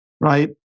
right